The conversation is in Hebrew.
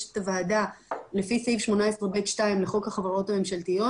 יש את הוועדה לפי סעיף 18ב(א)(2) לחוק החברות הממשלתיות,